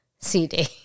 cd